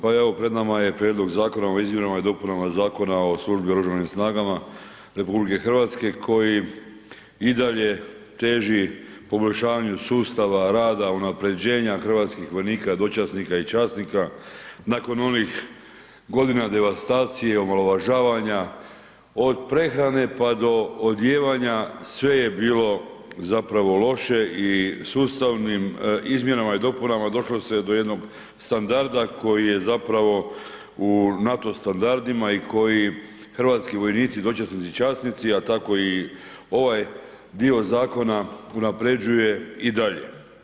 Pa evo, pred nama je Prijedlog zakona o izmjenama i dopunama Zakona o službi u Oružanim snagama RH koji i dalje teži poboljšanju sustava, rada, unapređenja hrvatskih vojnika, dočasnika i časnika, nakon onih godina devastacije, omalovažavanja, od prehrane pa do odijevanja, sve je bilo zapravo loše i sustavnim izmjenama i dopunama došlo se do jednog standarda koji je zapravo u NATO standardima i koji hrvatski vojnici, dočasnici i časnici, a tako i ovaj dio zakona unapređuje i dalje.